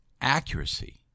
accuracy